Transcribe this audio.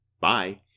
bye